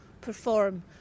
perform